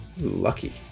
Lucky